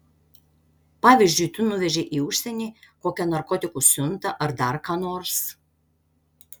pavyzdžiui tu nuvežei į užsienį kokią narkotikų siuntą ar dar ką nors